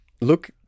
Look